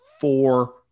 four